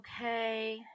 okay